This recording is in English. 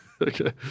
Okay